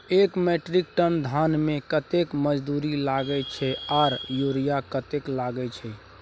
एक metric ton धान में कतेक मजदूरी लागे छै आर यूरिया कतेक लागे छै?